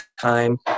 time